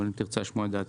ואם תרצה לשמוע את דעתי,